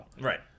right